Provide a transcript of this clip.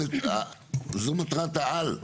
זו מטרת העל,